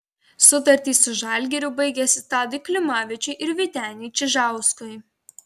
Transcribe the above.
sutartys su žalgiriu baigėsi tadui klimavičiui ir vyteniui čižauskui